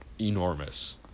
enormous